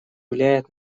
влияет